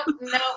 no